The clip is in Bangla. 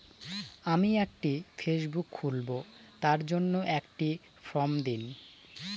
আমি একটি ফেসবুক খুলব তার জন্য একটি ফ্রম দিন?